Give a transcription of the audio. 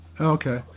okay